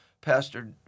Pastor